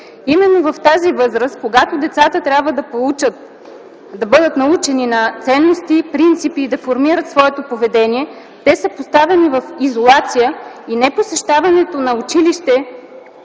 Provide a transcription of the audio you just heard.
Именно в тази възраст, когато децата трябва да бъдат научени на ценности, принципи и да формират своето поведение, те са поставени в изолация и непосещаването на училище